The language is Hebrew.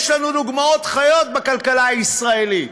ויש לנו דוגמאות חיות בכלכלה הישראלית,